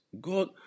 god